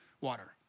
water